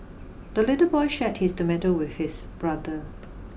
the little boy shared his tomato with his brother